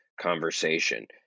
conversation